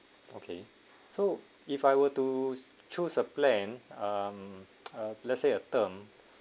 okay so if I were to choose a plan um uh let's say a term